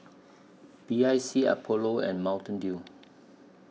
B I C Apollo and Mountain Dew